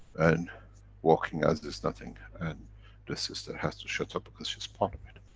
and walking as is nothing. and the sister has to shut up because she's part of it.